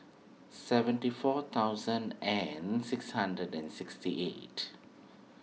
seventy four thousand and six hundred and sixty eight